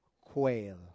quail